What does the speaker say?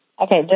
Okay